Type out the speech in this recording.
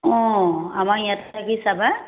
অঁ আমাৰ ইয়াতে থাকি চাবা